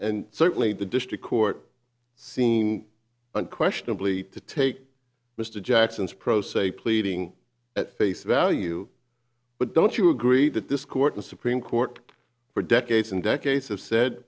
and certainly the district court scene unquestionably to take mr jackson's pro se pleading at face value but don't you agree that this court and supreme court for decades and decades have said